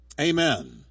Amen